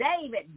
David